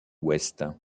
ouest